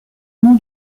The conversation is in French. nom